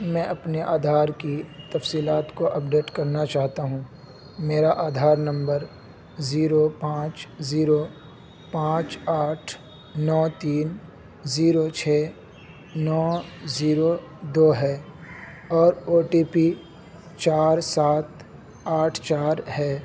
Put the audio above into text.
میں اپنے آدھار کی تفصیلات کو اپڈیٹ کرنا چاہتا ہوں میرا آدھار نمبر زیرو پانچ زیرو پانچ آٹھ نو تین زیرو چھ نو زیرو دو ہے اور او ٹی پی چار سات آٹھ چار ہے